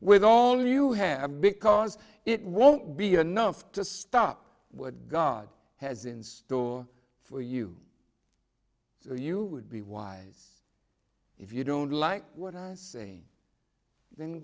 with all you have because it won't be enough to stop what god has in store for you so you would be wise if you don't like what i say then